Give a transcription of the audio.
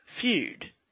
feud